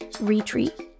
retreat